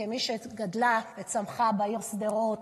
כמי שגדלה וצמחה בעיר שדרות,